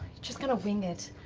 just kind of wing it.